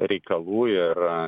reikalų ir